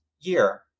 Year